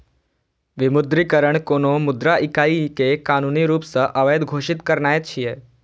विमुद्रीकरण कोनो मुद्रा इकाइ कें कानूनी रूप सं अवैध घोषित करनाय छियै